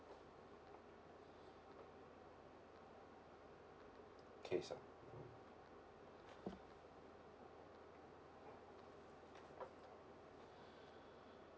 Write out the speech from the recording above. case ah